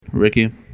Ricky